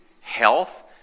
health